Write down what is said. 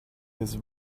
his